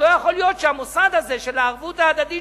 לא יכול להיות שהמוסד הזה של הערבות ההדדית,